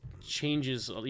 changes –